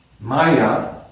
Maya